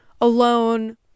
alone